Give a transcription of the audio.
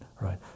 right